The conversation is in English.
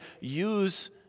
use